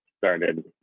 started